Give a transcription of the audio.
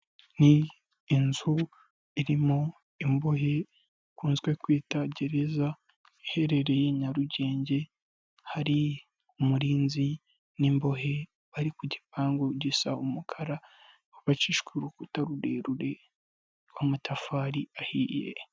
Ni inzu irimo imbohe ikunzwe kwita gereza, iherereye Nyarugenge, hari umurinzi n'imbohe bari ku gipangu gisa umukara cyubakishijwe urukuta rurerure rw'amatafari ahiye.